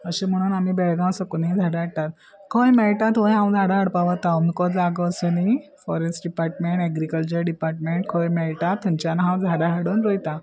अशें म्हणून आमी बेळगांव सकनी झाडां हाडटात खंय मेळटा थंय हांव झाडां हाडपा वता अमको जागो असो न्ही फॉरेस्ट डिपार्टमेंट एग्रीकल्चर डिपार्टमेंट खंय मेळटा थंयच्यान हांव झाडां हाडून रोयता